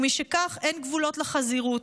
ומשכך אין גבולות לחזירות.